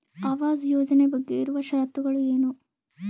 ಆವಾಸ್ ಯೋಜನೆ ಬಗ್ಗೆ ಇರುವ ಶರತ್ತುಗಳು ಏನು?